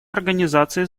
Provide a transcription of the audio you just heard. организации